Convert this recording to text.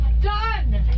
Done